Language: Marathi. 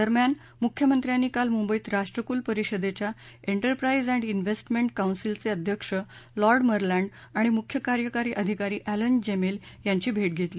दरम्यान मुख्यमंत्र्यांनी काल मुंबईत राष्ट्रकुल परिषदेच्या एंटरप्राईज एण्ड इन्व्हेस्टमेंट कौन्सिलचे अध्यक्ष लॉर्ड मरलॅण्ड आणि मुख्य कार्यकारी अधिकारी एलेन जेमेल यांची भेट घेतली